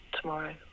tomorrow